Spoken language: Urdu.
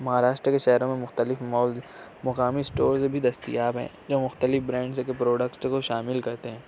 مہاراشٹر کے شہروں میں مختلف مالز مقامی اسٹورز بھی دستیاب ہیں جو مختلف برانڈز کے پروڈکٹس کو شامل کرتے ہیں